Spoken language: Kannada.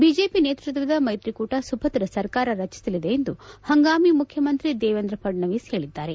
ಬಿಜೆಪಿ ನೇತ್ಪತ್ತದ ಮೈತ್ರಿಕೂಟ ಸುಭದ್ರ ಸರ್ಕಾರ ರಚಿಸಲಿದೆ ಎಂದು ಹಂಗಾಮಿ ಮುಖ್ಯಮಂತ್ರಿ ದೇವೇಂದ್ರ ಫಡ್ನವೀಸ್ ಹೇಳಿದ್ದಾರೆ